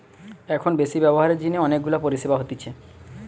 এখন বেশি ব্যবহারের জিনে অনেক গুলা পরিষেবা হতিছে